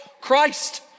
Christ